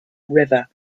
river